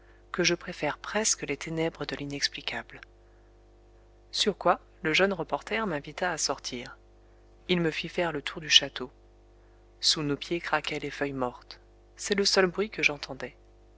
que je préfère presque les ténèbres de l'inexplicable sur quoi le jeune reporter m'invita à sortir il me fit faire le tour du château sous nos pieds craquaient les feuilles mortes c'est le seul bruit que j'entendais